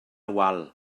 wal